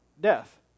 Death